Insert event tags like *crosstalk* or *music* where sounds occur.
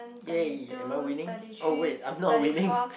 !yay! am I winning oh wait I'm not winning *laughs*